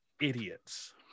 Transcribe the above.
idiots